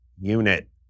unit